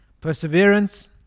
Perseverance